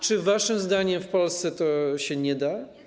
Czy waszym zdaniem w Polsce się nie da?